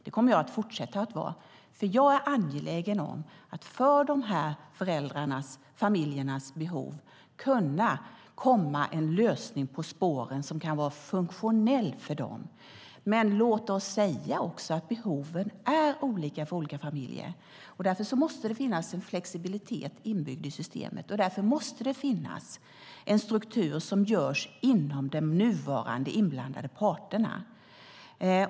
Det kommer jag att fortsätta att vara. Jag är angelägen om att komma en lösning på spåren som kan vara funktionell för de här familjerna. Men låt oss också säga att behoven är olika för olika familjer. Därför måste det finnas en flexibilitet inbyggd i systemet, och därför måste det tas fram en struktur inom de nuvarande inblandade parterna.